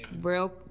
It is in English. real